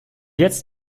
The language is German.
jetzt